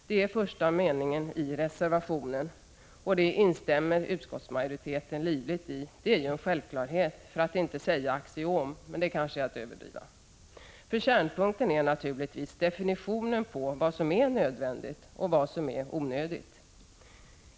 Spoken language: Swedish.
Detta är första meningen i reservationen, och den instämmer utskottsmajoriteten livligt i. Det är ju en självklarhet, för att inte säga ett axiom — men det kanske är att överdriva. Kärnpunkten är naturligtvis definitionen på vad som är nödvändigt och vad som är onödigt.